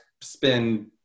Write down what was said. spend